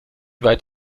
weit